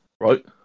right